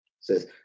Says